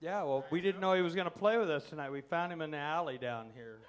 yeah well we didn't know he was going to play with us tonight we found him an alley down here